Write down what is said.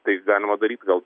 tai galima daryt gal